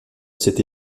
cette